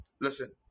Listen